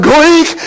Greek